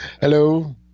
Hello